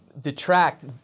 detract